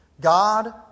God